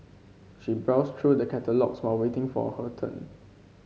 she browsed through the catalogues while waiting for her turn